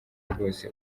rwose